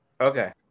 Okay